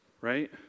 right